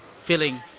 feeling